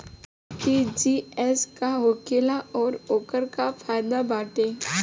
RTGS का होखेला और ओकर का फाइदा बाटे?